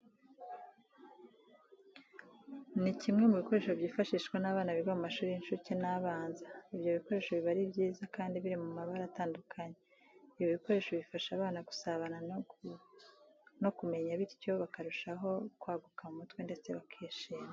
Ni kimwe mu bikoresho byifashishwa n'abana biga mu mashuri y'incuke n'abanza. Ibyo bikoresho biba ari byiza kandi biri mu mabara atandukanye. Ibi bikinisho bifasha abana gusabana ndetse no kumenyana bityo bakarushaho kwaguka mu mutwe ndetse bakishima.